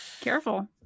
Careful